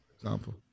example